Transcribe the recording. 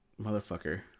Motherfucker